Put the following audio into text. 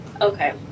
okay